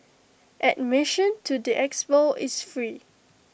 admission to the expo is free